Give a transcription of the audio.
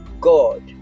God